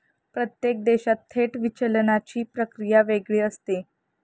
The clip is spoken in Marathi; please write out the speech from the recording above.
प्रत्येक देशात थेट विचलनाची प्रक्रिया वेगळी असते का?